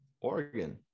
Oregon